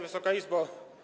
Wysoka Izbo!